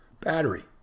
battery